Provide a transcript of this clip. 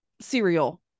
cereal